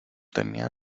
tenía